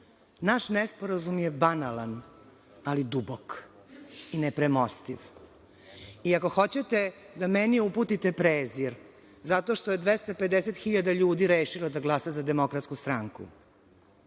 Naš nesporazum je banalan, ali dubok i nepremostiv. Ako hoćete da meni uputite prezir zato što je 250.000 ljudi rešilo da glasa za DS,